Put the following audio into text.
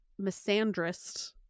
misandrist